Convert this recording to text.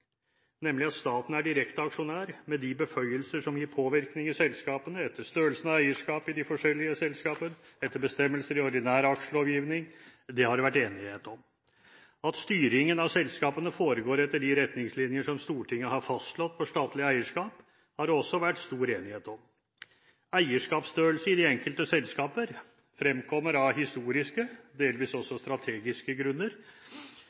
nemlig at staten er direkte aksjonær med de beføyelser som gir påvirkning i selskapene etter størrelsen av eierskap i de forskjellige selskapene, etter bestemmelser i ordinær aksjelovgivning, har det vært enighet om. At styringen av selskapene foregår etter de retningslinjer som Stortinget har fastslått for statlig eierskap, har det også vært stor enighet om. Eierskapsstørrelse i de enkelte selskaper fremkommer av historiske, delvis også strategiske, grunner,